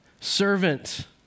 servant